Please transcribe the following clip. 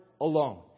alone